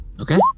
Okay